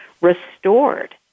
restored